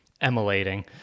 emulating